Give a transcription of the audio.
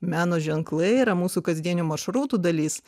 meno ženklai yra mūsų kasdienių maršrutų dalis